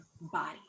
body